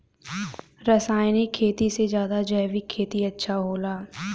रासायनिक खेती से ज्यादा जैविक खेती अच्छा होला